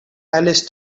alice